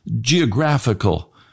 geographical